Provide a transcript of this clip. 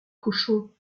cochon